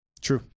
True